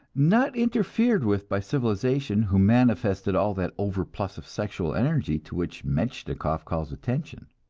not interfered with by civilization, who manifested all that overplus of sexual energy to which metchnikoff calls attention.